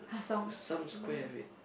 some square wait